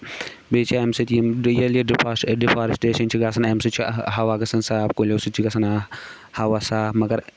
بیٚیہِ چھِ اَمہِ سۭتۍ یِم ییٚلہِ یہِ ڈفا ڈفارسٹریشن چھِ گژھان اَمہِ سۭتۍ چھُ ہوا گژھان صاف کُلیو سۭتۍ چھُ گژھان ہوا صاف